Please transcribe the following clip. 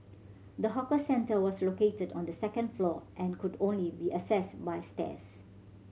the hawker centre was located on the second floor and could only be accessed by stairs